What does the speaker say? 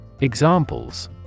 Examples